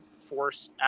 force